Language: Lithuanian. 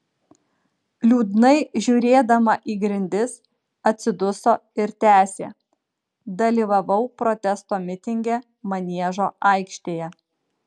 liūdnai žiūrėdama į grindis atsiduso ir tęsė dalyvavau protesto mitinge maniežo aikštėje